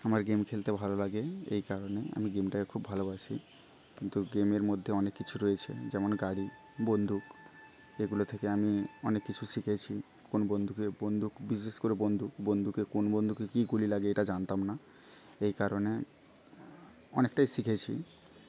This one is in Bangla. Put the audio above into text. আমার গেম খেলতে ভালো লাগে এই কারণে আমি গেমটাকে খুব ভালোবাসি কিন্তু গেমের মধ্যে অনেক কিছু রয়েছে যেমন গাড়ি বন্দুক এগুলো থেকে আমি অনেক কিছু শিখেছি কোন বন্দুকে বন্দুক বিশেষ করে বন্দুক বন্দুকে কোন বন্দুকে কি গুলি লাগে এটা জানতাম না এই কারণে অনেকটাই শিখেছি